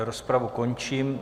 Rozpravu končím.